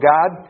God